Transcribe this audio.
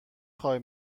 خوای